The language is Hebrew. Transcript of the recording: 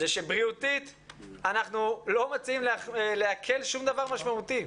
שבריאותית אנחנו לא מציעים להקל שום דבר משמעותי.